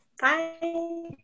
Bye